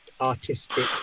artistic